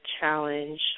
challenge